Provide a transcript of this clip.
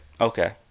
Okay